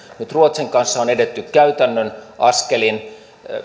nyt ruotsin kanssa on edetty käytännön askelin